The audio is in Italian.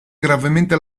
gravemente